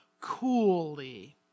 coolly